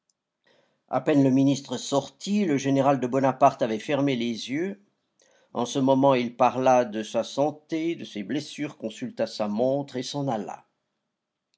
a peine le ministre sorti le général de bonaparte avait fermé les yeux en ce moment il parla de sa santé de ses blessures consulta sa montre et s'en alla